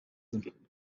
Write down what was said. them